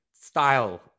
style